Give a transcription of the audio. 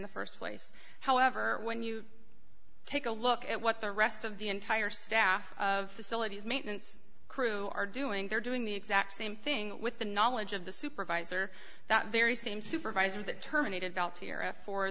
the st place however when you take a look at what the rest of the entire staff of facilities maintenance crew are doing they're doing the exact same thing with the knowledge of the supervisor that very same supervisor that terminated bel